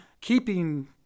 keeping